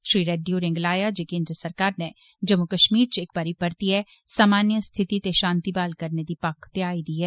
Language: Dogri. श्री रेड्डी होरें गलाया जे केन्द्र सरकार ने जम्मू कश्मीर च इक बारी परतियै सामान्य स्थिति ते शांति ब्हाल करने दी पक्क देयाई दी ऐ